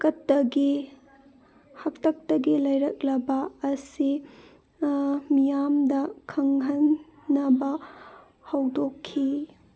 ꯍꯥꯛꯇꯛꯇꯒꯤ ꯂꯩꯔꯛꯂꯕ ꯑꯁꯤ ꯃꯤꯌꯥꯝꯗ ꯈꯪꯍꯟꯅꯕ ꯍꯧꯗꯣꯛꯈꯤ